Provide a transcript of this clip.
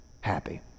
happy